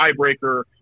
tiebreaker